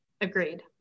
Agreed